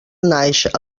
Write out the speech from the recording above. naix